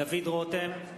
(קורא בשמות חברי הכנסת) דוד רותם,